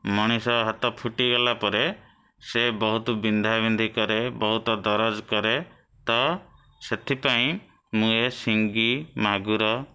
ମଣିଷ ହାତ ଫୁଟିଗଲା ପରେ ସେ ବହୁତ ବିନ୍ଧାବିନ୍ଧି କରେ ବହୁତ ଦରଜ କରେ ତ ସେଥିପାଇଁ ମୁଁ ଏ ସିଙ୍ଗି ମାଗୁର